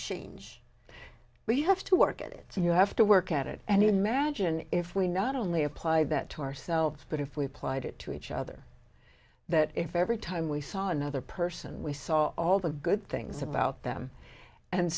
change but you have to work at it and you have to work at it and imagine if we not only apply that to ourselves but if we applied it to each other that if every time we saw another person we saw all the good things about them and